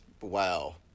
wow